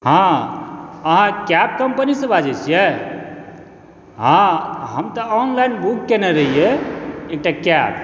हँ अहाँ cab company सॅं बाजै छियै हँ हम तऽ ऑनलाइन बुक केने रहियै एकटा कैब